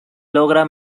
logra